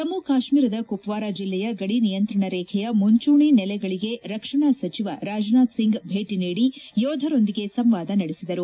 ಜಮ್ನು ಕಾಶ್ನೀರದ ಕುಪ್ನಾರ ಜಿಲ್ಲೆಯ ಗಡಿ ನಿಯಂತ್ರಣ ರೇಬೆಯ ಮುಂಚೂಣಿ ನೆಲೆಗಳಿಗೆ ರಕ್ಷಣಾ ಸಚಿವ ರಾಜನಾಥ್ ಒಂಗ್ ಭೇಟಿ ನೀಡಿ ಯೋಧರೊಂದಿಗೆ ಸಂವಾದ ನಡೆಸಿದರು